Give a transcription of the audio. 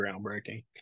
groundbreaking